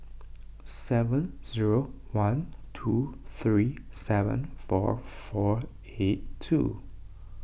seven zero one two three seven four four eight two